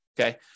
Okay